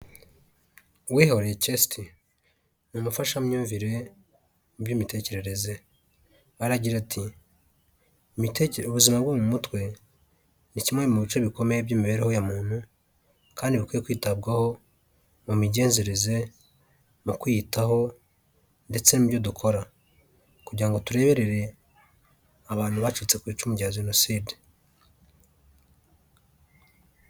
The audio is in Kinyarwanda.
Uwihoreye cheste ni umufashamyumvire mu by'imitekerereze aragira ati: ''Imitekere ubuzima bwo mu mutwe ni kimwe mu bice bikomeye by'imibereho ya muntu kandi bukwiye kwitabwaho mu migenzereze mu kwiyitaho ndetse n'ibyo dukora kugira ngo turebere abantu bacitse ku icumu rya jenoside.''